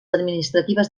administratives